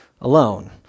alone